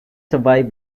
survived